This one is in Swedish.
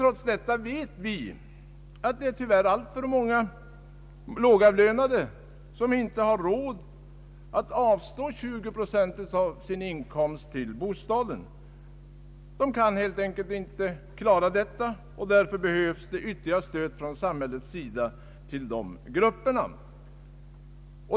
Trots detta vet vi att det tyvärr är alltför många lågavlönade som inte har råd att avstå 20 procent av sin inkomst till bostaden. De kan helt enkelt inte klara det, och därför behövs det ytterligare stöd från samhället till dessa grupper.